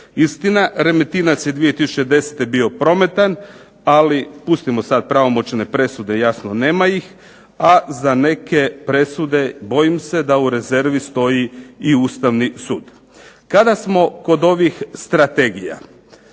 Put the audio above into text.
Istina, Remetinec je 2010. bio prometan, ali pustimo sad pravomoćne presude, jasno nema ih, a za neke presude bojim se da u rezervi stoji i Ustavni sud. Kada smo kod ovih strategija